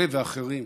אלה ואחרים.